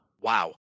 Wow